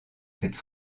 cette